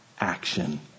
action